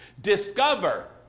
Discover